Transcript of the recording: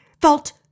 felt